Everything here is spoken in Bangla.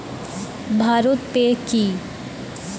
ভারত পে কি?